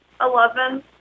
Eleven